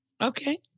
Okay